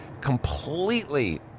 completely